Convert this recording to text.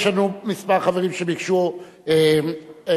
יש לנו כמה חברים שביקשו הערות,